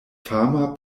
fama